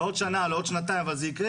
לא עוד שנה, לא עוד שנתיים, אבל זה יקרה.